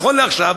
נכון לעכשיו,